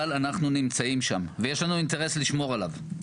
אבל אנחנו נמצאים שם ויש לנו אינטרס לשמור עליו.